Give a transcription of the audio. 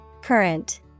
Current